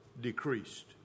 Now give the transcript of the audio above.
decreased